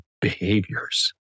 behaviors